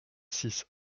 six